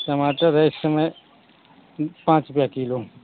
टमाटर है इस समय पाँच रुपया किलो